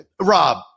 Rob